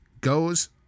goes